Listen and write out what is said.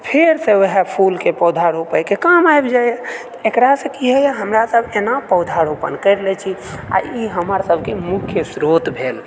फेरसँ वएहे फूलके पौधा रोपयके काम आबि जाइए एकरासँ की होइए हमरासभ एना पौधा रोपण करि लैत छी आ ई हमरसभके मुख्य स्रोत भेल